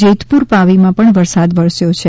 જેતપુર પાવીમાં પણ વરસાદ વરસ્યો હતો